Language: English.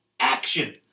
Action